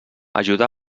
ajuda